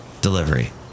delivery